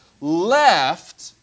left